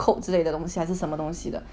反正是像有点像 lip balm 这样子